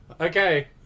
okay